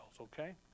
okay